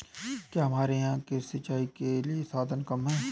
क्या हमारे यहाँ से सिंचाई के साधन कम है?